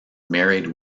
married